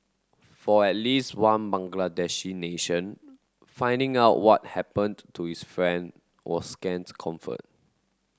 for at least one Bangladeshi nation finding out what happened to his friend was scant comfort